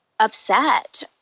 Upset